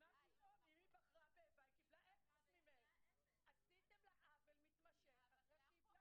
כי בהצגת העניין אתם יש לכם כל מיני סיבות לא להשלים --- אני חוזר